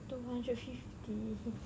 two hundred fifty